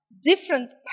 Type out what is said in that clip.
different